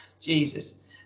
Jesus